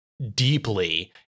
deeply